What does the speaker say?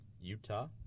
Utah